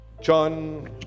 John